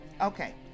Okay